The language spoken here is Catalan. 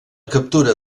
captura